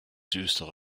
düstere